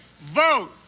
Vote